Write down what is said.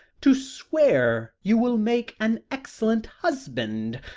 to swear you will make an excellent husband,